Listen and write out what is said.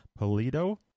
Polito